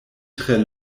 tre